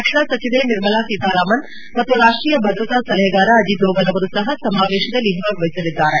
ರಕ್ಷಣಾ ಸಚಿವೆ ನಿರ್ಮಲಾ ಸೀತಾರಾಮನ್ ಮತ್ತು ರಾಷ್ಟೀಯ ಭದ್ರತಾ ಸಲಹೆಗಾರ ಅಜಿತ್ ದೋವಲ್ ಅವರೂ ಸಹ ಸಮಾವೇಶದಲ್ಲಿ ಭಾಗವಹಿಸಲಿದ್ದಾರೆ